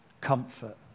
comfort